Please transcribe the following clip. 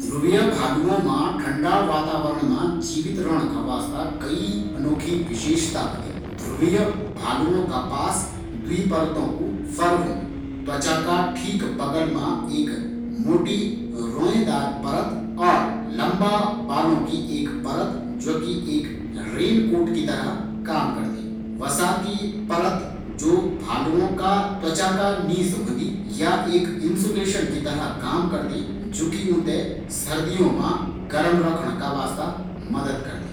ध्रुवीय भालू मां ठंडा इलाका मा रण का वास्ता कई सारी विशेषता होंदिन, ध्रुवीय भालू का पास द्वी परतो कु फर होन्दु। त्वचा का ठीक बगला मा ये मोटी रोयेंदार परत और लम्बा बालो की एक परत ज्वा कि एक रेन कोट की तरह काम करदी। वसा की परत ज्वा उ ते सर्दियों मा गर्म रखण का वास्ता मदद करदी।